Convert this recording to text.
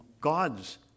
God's